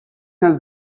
has